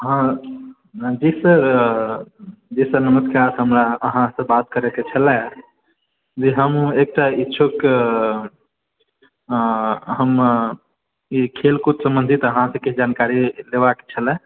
हँ जी सर जी सर नमस्कार हमरा अहाँसे बात करैके छलए जे हम एकटा इच्छुक हम ई खेलकूद सबंधित अहाँसे किछु जानकारी लेबाक छलए